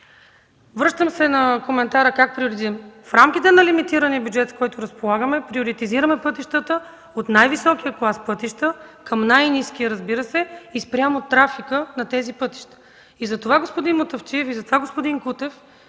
Връщам се на въпроса. В рамките на лимитирания бюджет, с който разполагаме, приоритизираме пътищата – от най-високия клас към най-ниския, разбира се, и спрямо трафика на тези пътища. Затова, господин Мутафчиев, и затова, господин Кутев,